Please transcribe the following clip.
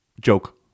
joke